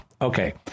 Okay